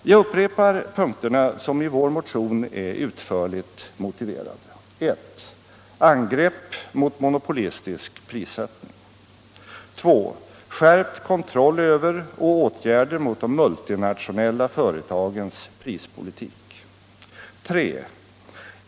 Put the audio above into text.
Jag upprepar punkterna, som i vår motion är utförligt motiverade: 2. Skärpt kontroll över och åtgärder mot de multinationella företagens prispolitik. 3.